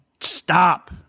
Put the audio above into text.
Stop